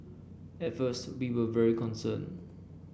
at first we were very concerned